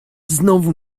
znowu